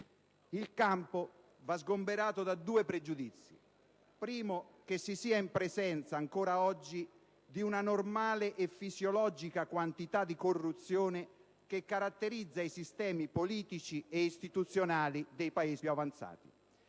Il campo va sgomberato da due pregiudizi. In primo luogo, che si sia in presenza ancora oggi di una normale e fisiologica quantità di corruzione che caratterizza i sistemi politici e istituzionali dei Paesi più avanzati.